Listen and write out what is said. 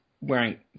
Wearing